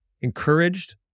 encouraged